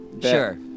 Sure